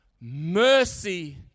mercy